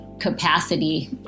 capacity